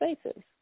spaces